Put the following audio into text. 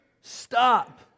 stop